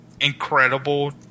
incredible